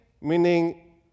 meaning